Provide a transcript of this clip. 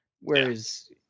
Whereas